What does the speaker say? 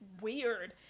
weird